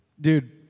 dude